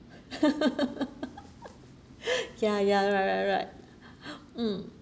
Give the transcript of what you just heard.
ya ya right right right mm